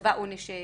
שקבע עונש מופחת.